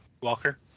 Walker